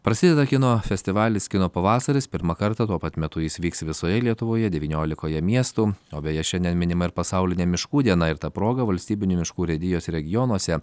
prasideda kino festivalis kino pavasaris pirmą kartą tuo pat metu jis vyks visoje lietuvoje devyniolikoje miestų o beje šiandien minima ir pasaulinė miškų diena ir ta proga valstybinių miškų urėdijos regionuose